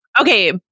Okay